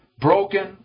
broken